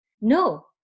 No